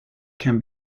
can